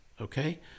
Okay